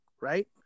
right